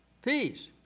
peace